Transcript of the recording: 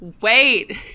wait